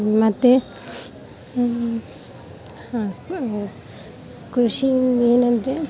ಮತ್ತು ಹಾಂ ಕೃಷಿ ಏನಂದರೆ